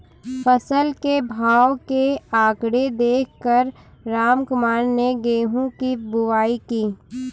फसल के भाव के आंकड़े देख कर रामकुमार ने गेहूं की बुवाई की